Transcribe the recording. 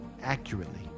accurately